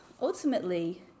ultimately